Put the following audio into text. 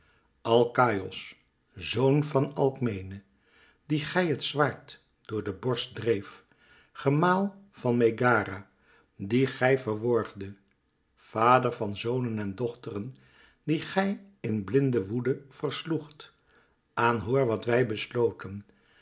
alkaïos zoon van alkmene die gij het zwaard door de borst dreef gemaal van megara die gij verworgdet vader van zonen en dochteren die gij in blinde woede versloegt aanhoor wat wij besloten